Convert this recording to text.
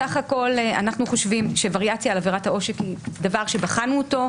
בסך הכול אנחנו חושבים שווריאציה על עבירת העונש היא דבר שבחנו אותו,